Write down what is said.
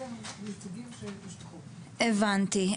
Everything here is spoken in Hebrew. אלה הנציגים ש --- הבנתי.